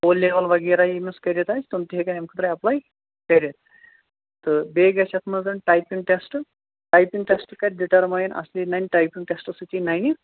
سۄ لیول وغیرہ ییٚمِس کٔرِتھ آسہِ تِم تہِ ہیٚکَن اَمہِ خٲطرٕ ایٚپلاے کٔرِتھ تہٕ بیٚیہِ گَژھِ یَتھ منٛز ٹایپِنٛگ ٹیٚسٹ ٹایپِنٛگ ٹٮ۪سٹ کَرِ ڈِٹرمایِن اَصلی نَنہِ ٹایپِنٛگ ٹٮ۪سٹ سۭتی نَنہِ